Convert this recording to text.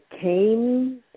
came